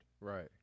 Right